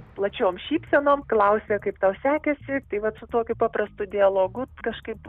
plačiom šypsenom klausia kaip tau sekėsi tai vat su tokiu paprastu dialogu kažkaip